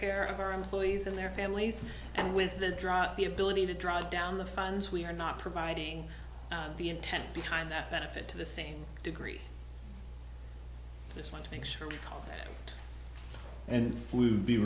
care of our employees and their families and with the drought the ability to draw down the funds we are not providing the intent behind that benefit to the same degree just want to make sure and